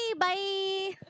Bye